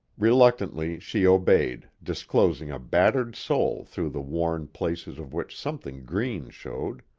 reluctantly she obeyed, disclosing a battered sole through the worn places of which something green showed.